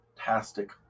Fantastic